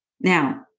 now